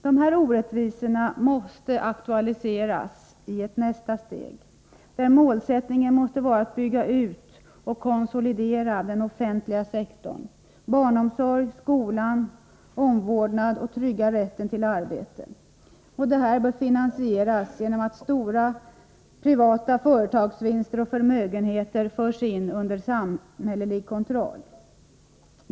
Dessa orättvisor måste aktualiseras i ett nästa steg, där målsättningen måste vara att bygga ut och konsolidera den offentliga sektorn — barnomsorg, skola, omvårdnad och tryggad rätt till arbete. Detta bör finansieras genom att stora privata företagsvinster och förmögenheter förs in under samhällelig kontroll.